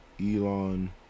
Elon